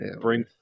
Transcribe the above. bring